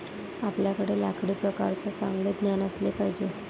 आपल्याकडे लाकडी प्रकारांचे चांगले ज्ञान असले पाहिजे